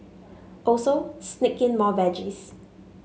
also sneak in more veggies